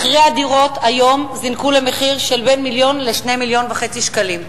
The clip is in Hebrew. מחירי הדירות היום זינקו למחיר שבין מיליון ל-2.5 מיליון שקלים.